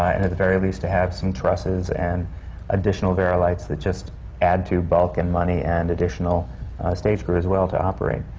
and at the very least, to have some trusses and additional vari-lights that just add to bulk and money, and additional stage crew, as well, to operate.